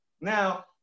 Now